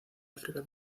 áfrica